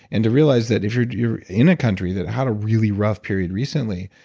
and to realize that if you're you're in a country that had a really rough period recently,